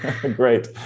great